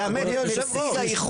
אני רוצה בכל זאת לאמת עם נציג האיחוד